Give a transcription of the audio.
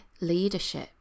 leadership